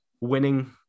winning